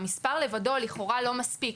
המספר לבדו לכאורה לא מספיק,